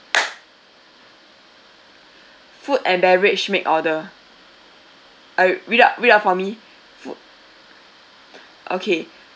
food and beverage make order I read out read out for me food okay